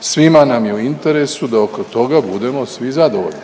Svima nam je u interesu da oko toga budemo svi zadovoljni.